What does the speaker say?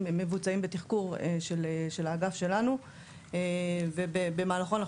מבוצעים בתחקור של האגף שלנו ובמהלכו אנחנו